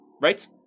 Right